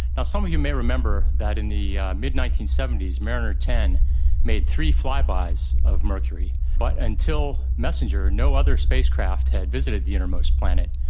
and some of you may remember that in the mid nineteen seventy s mariner ten made three flybys of mercury, but until messenger no other spacecraft had visited the innermost planet,